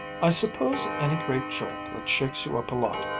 i suppose any great jolt that shakes you up a lot,